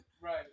right